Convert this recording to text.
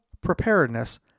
preparedness